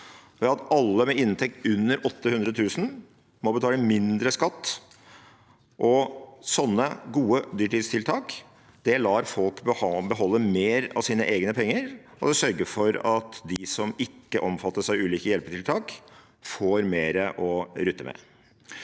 alle med inntekt under 800 000 kr må betale mindre skatt. Sånne gode dyrtidstiltak lar folk beholde mer av sine egne penger og sørger for at de som ikke omfattes av ulike hjelpetiltak, får mer å rutte med.